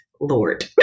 Lord